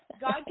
God